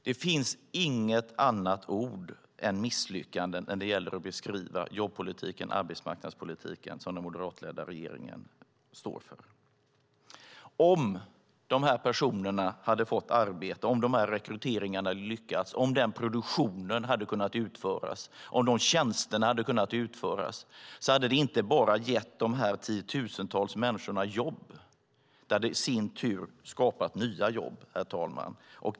Det finns inget annat ord än misslyckande när det gäller att beskriva jobbpolitiken - arbetsmarknadspolitiken - som den moderatledda regeringen står för. Om dessa personer hade fått arbete, om rekryteringarna hade lyckats, om produktionen och tjänsterna hade kunnat utföras, hade det inte bara gett dessa tiotusentals människor jobb utan det hade i sin tur skapat nya jobb, herr talman.